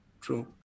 True